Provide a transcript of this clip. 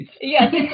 Yes